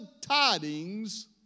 tidings